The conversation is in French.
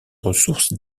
ressources